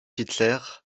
hitler